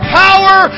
power